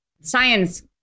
science